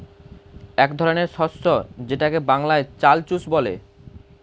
এক ধরনের শস্য যেটাকে বাংলায় চাল চুষ বলে